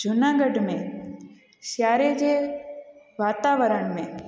जूनागढ़ में शहर जे वातावरण में